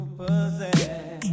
possess